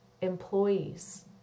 employees